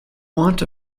want